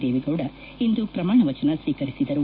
ದೇವೇಗೌಡ ಇಂದು ಪ್ರಮಾಣ ವಚನ ಸ್ನೀಕರಿಸಿದರು